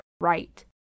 right